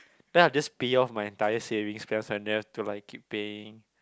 then I'll just pay off my entire savings cause I don't have to like keep paying